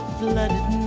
blooded